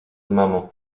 mamo